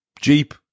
Jeep